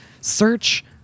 search